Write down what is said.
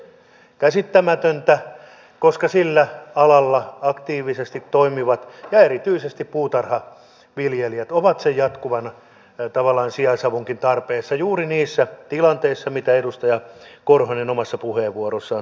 se on käsittämätöntä koska sillä alalla aktiivisesti toimivat ja erityisesti puutarhaviljelijät ovat sen jatkuvan tavallaan sijaisavunkin tarpeessa juuri niissä tilanteissa joita edustaja korhonen omassa puheenvuorossaan toi esille